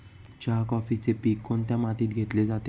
चहा, कॉफीचे पीक कोणत्या मातीत घेतले जाते?